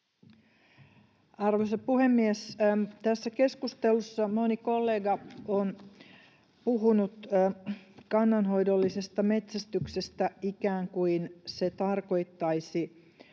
Arvoisa puhemies! Tässä keskustelussa moni kollega on puhunut kannanhoidollisesta metsästyksestä ikään kuin se tarkoittaisi